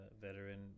veteran